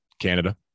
Canada